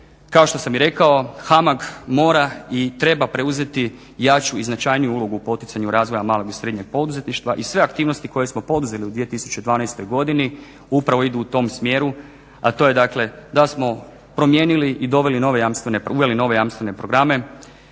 Kao što sam i rekao HAMAG mora i treba preuzeti jaču i značajniju ulogu u poticanju razvoja malog i srednjeg poduzetništva i sve aktivnosti koje smo poduzeli u 2012. godini upravo idu u tom smjeru, a to je dakle da smo promijenili i doveli nove, uveli nove jamstvene programe,